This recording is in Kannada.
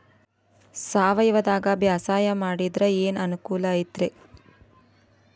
ಸಾವಯವದಾಗಾ ಬ್ಯಾಸಾಯಾ ಮಾಡಿದ್ರ ಏನ್ ಅನುಕೂಲ ಐತ್ರೇ?